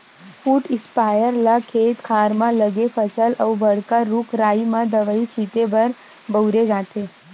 foot sprayer ल खेत खार म लगे फसल अउ बड़का रूख राई म दवई छिते बर बउरे जाथे